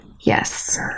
Yes